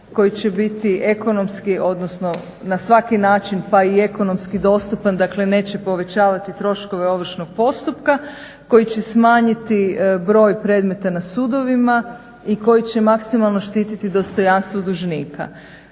koji će biti ekonomski, odnosno na svaki način pa i ekonomski dostupan, dakle, neće povećavati troškove ovršnog postupka, koji će smanjiti broj predmeta na sudovima i koji će maksimalno štititi dostojanstvo dužnika.